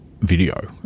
video